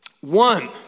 One